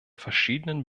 verschiedenen